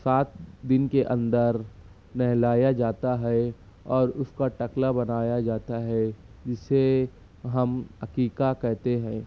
سات دن کے اندر نہلایا جاتا ہے اور اس کا ٹکلا بنایا جاتا ہے جسے ہم عقیقہ کہتے ہیں